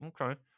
okay